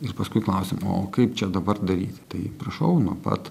ir paskui klausiam o kaip čia dabar daryti tai prašau nuo pat